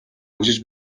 хөгжиж